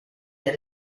del